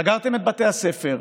סגרתם את בתי הספר,